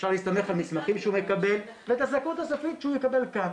אפשר להסתמך על מסמכים שהוא מקבל ואת הזכאות הסופית שהוא יקבל כאן